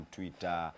Twitter